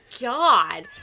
God